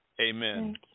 Amen